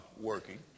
working